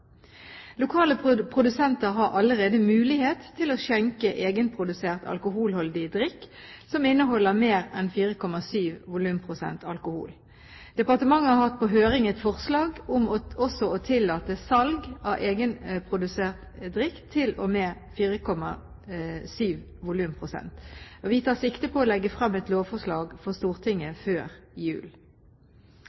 produsenter har allerede mulighet til å skjenke egenprodusert alkoholholdig drikk som inneholder mer enn 4,7 volumprosent alkohol. Departementet har hatt på høring et forslag om også å tillate salg av egenprodusert drikk til og med 4,7 volumprosent. Vi tar sikte på å legge frem et lovforslag for Stortinget